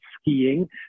skiing